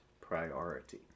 priority